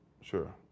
sure